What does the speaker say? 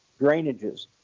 drainages